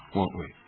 won't we,